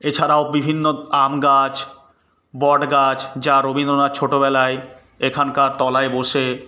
এছাড়াও বিভিন্ন আম গাছ বট গাছ যা রবীন্দ্রনাথ ছোটোবেলায় এখানকার তলায় বসে